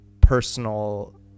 personal